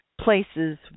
places